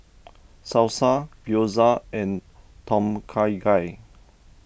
Salsa Gyoza and Tom Kha Gai